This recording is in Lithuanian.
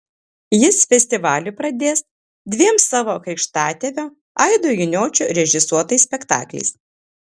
jis festivalį pradės dviem savo krikštatėvio aido giniočio režisuotais spektakliais